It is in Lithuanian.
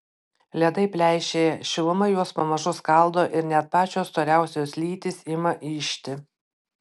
ledai pleišėja šiluma juos pamažu skaldo ir net pačios storiausios lytys ima ižti